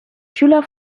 schüler